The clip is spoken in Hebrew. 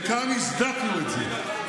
וכאן הצדקנו את זה,